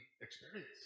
experience